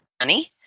honey